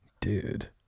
Dude